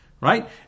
right